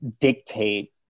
dictate